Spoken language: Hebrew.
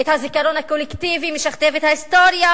את הזיכרון הקולקטיבי, משכתב את ההיסטוריה.